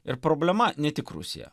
ir problema ne tik rusija